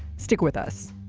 stick with us